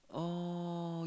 oh